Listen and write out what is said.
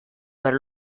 per